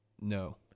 No